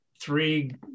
three